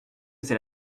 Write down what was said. c’est